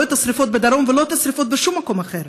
לא את השרפות בדרום ולא את השרפות בשום מקום אחר.